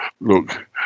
Look